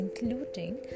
including